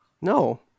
no